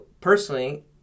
personally